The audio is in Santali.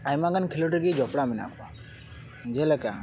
ᱟᱭᱢᱟ ᱜᱟᱱ ᱠᱷᱮᱞᱳᱰ ᱨᱮᱜᱮ ᱡᱚᱯᱚᱲᱟᱣ ᱢᱮᱱᱟᱜ ᱠᱚᱣᱟ ᱡᱮ ᱞᱮᱠᱟ